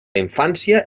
infància